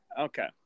Okay